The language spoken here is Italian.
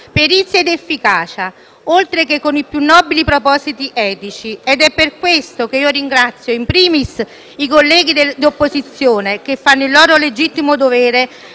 perizia ed efficacia, oltre che con i più nobili propositi etici ed è per questo che ringrazio, *in primis*, i colleghi di opposizione, che fanno il loro legittimo dovere